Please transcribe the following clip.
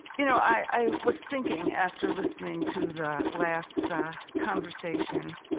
you know, i was thinking, after listening to the last conversation